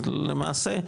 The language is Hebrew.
אז למעשה,